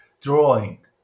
drawing